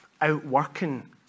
outworking